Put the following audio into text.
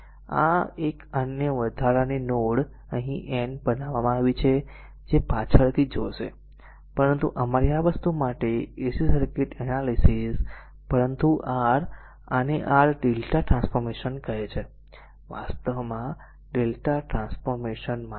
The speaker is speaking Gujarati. એક અન્ય વધારાની નોડ અહીં n બનાવવામાં આવી છે જે પાછળથી જોશે પરંતુ અમારી આ વસ્તુ માટે AC સર્કિટ એનાલીસીસ પરંતુ r આને r lrmΔટ્રાન્સફોર્મેશન કહે છે આ વાસ્તવમાં Δ ટ્રાન્સફોર્મેશન માટે છે